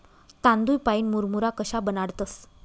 तांदूय पाईन मुरमुरा कशा बनाडतंस?